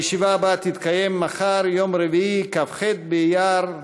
הישיבה הבאה תתקיים מחר, יום רביעי, כ"ח באייר,